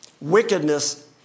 Wickedness